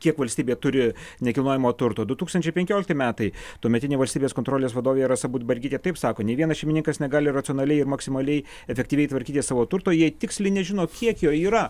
kiek valstybė turi nekilnojamo turto du tūkstančiai penkiolikti metai tuometinė valstybės kontrolės vadovė rasa budbergytė taip sako nė vienas šeimininkas negali racionaliai ir maksimaliai efektyviai tvarkyti savo turto jei tiksliai nežino kiek jo yra